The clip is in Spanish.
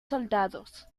soldados